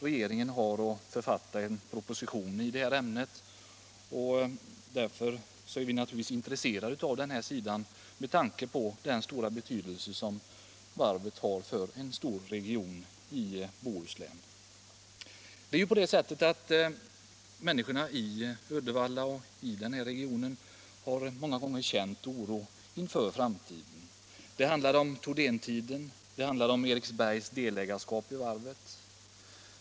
Regeringen har att författa en proposition i ämnet, och därför är vi naturligtvis intresserade med tanke på den stora betydelse varvet har för stora områden i Bohuslän. Människorna i detta område har många gånger känt oro inför framtiden. Det handlar om Thordén-tiden och om Eriksbergs delägarskap i varvet.